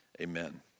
Amen